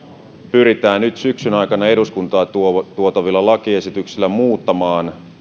pyritään nyt syksyn aikana eduskuntaan tuotavilla tuotavilla lakiesityksillä muuttamaan